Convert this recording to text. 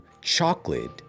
chocolate